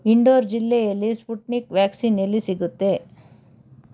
ಇಂದೋರ್ ಜಿಲ್ಲೆಯಲ್ಲಿ Sputnik vaccine ಎಲ್ಲಿ ಸಿಗುತ್ತೆ